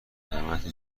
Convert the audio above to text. قیمت